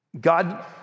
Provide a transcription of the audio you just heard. God